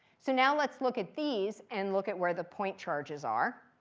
so now, let's look at these and look at where the point charges are.